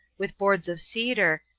with boards of cedar,